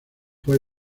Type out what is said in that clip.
fue